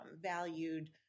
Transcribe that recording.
valued